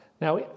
Now